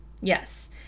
Yes